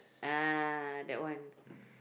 ah that one